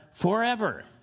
forever